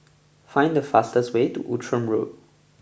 find the fastest way to Outram Road